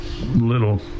little